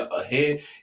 ahead